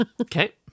Okay